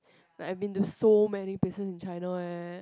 like I been do so many places in China eh